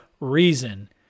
reason